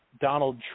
Donald